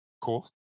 Cool